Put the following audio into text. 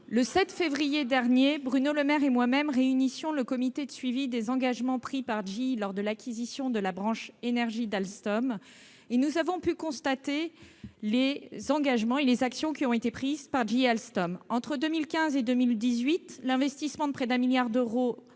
Le 7 février dernier, Bruno Le Maire et moi-même réunissions le comité de suivi des engagements pris par GE lors de l'acquisition de la branche énergie d'Alstom. Nous avions alors pu constater les engagements et les actions pris par GE-Alstom. Entre 2015 et 2018, l'investissement s'est élevé à près d'un milliard d'euros